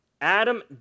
Adam